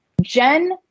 Jen